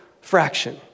fraction